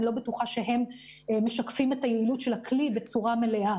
אני לא בטוחה שהם משקפים את היעילות של הכלי בצורה מלאה.